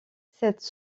cette